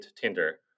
Tinder